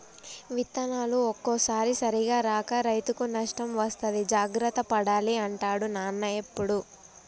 విత్తనాలు ఒక్కోసారి సరిగా రాక రైతుకు నష్టం వస్తది జాగ్రత్త పడాలి అంటాడు నాన్న ఎప్పుడు